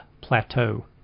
plateau